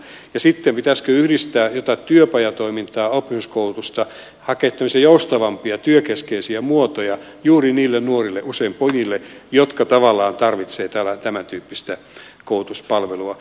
ja pitäisikö yhdistää jotain työpajatoimintaa ja oppisopimuskoulutusta hakea tämmöisiä joustavampia työkeskeisiä muotoja juuri niille nuorille usein pojille jotka tavallaan tarvitsevat tämän tyyppistä koulutuspalvelua